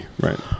right